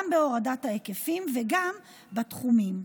גם בהורדת ההיקפים וגם בתחומים.